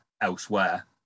elsewhere